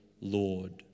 Lord